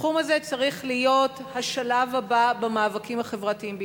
התחום הזה צריך להיות השלב הבא במאבקים החברתיים בישראל.